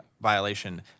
violation